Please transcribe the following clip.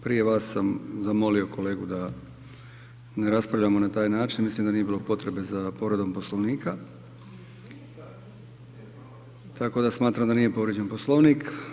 Prije vas sam zamolio kolegu da ne raspravljamo na taj način i mislim da nije bilo potrebe za povredom Poslovnika, tako da smatram da nije povrijeđen Poslovnik.